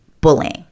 bullying